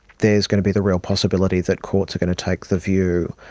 there's going to be the real possibility that courts are going to take the view,